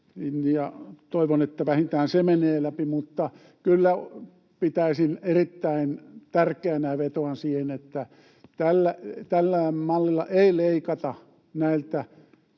Toivon, että vähintään se menee läpi, mutta kyllä pitäisin erittäin tärkeänä ja vetoan siihen, että tällä mallilla ei leikata näiltä